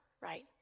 right